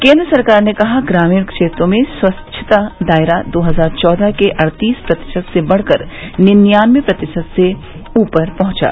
केन्द्र सरकार ने कहा ग्रामीण क्षेत्रों में स्वच्छता दायरा दो हजार चौदह के अड़तीस प्रतिशत से बढ़कर निन्यानबे प्रतिशत से ऊपर पहुंचा